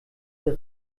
der